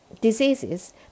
diseases